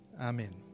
amen